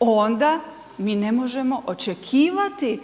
onda mi ne možemo očekivati